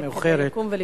השעה מאוחרת, ציפי.